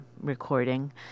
recording